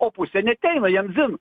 o pusė neateina jiem dzin